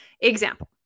Example